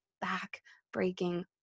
back-breaking